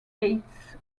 eighth